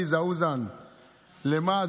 למה?